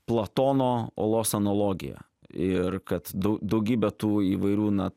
platono olos analogija ir kad dau daugybė tų įvairių na